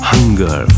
Hunger